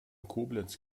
koblenz